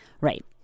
right